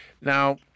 Now